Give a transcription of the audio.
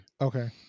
okay